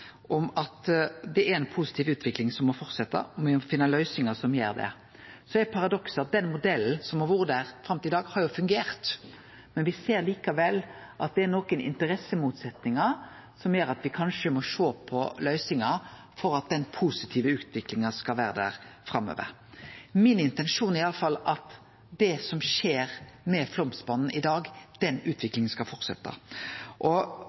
om at det er ei positiv utvikling som må fortsetje, og at me må finne løysingar som bidrar til det. Paradokset er jo at den modellen som har vore der fram til i dag, har fungert. Vi ser likevel at det er nokre interessemotsetningar som gjer at me kanskje må sjå på løysingar for at den positive utviklinga skal vere der òg framover. Intensjonen min er i alle fall at den utviklinga som skjer med Flåmsbana i dag,